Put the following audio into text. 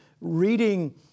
reading